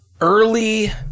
Early